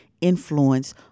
influence